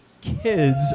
kids